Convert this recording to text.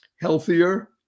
healthier